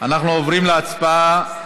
אנחנו עוברים להצבעה על